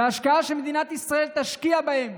וההשקעה שמדינת ישראל תשקיע בהם